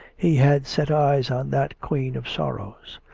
he had set eyes on that queen of sorrows.